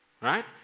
Right